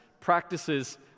Practices